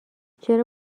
چرا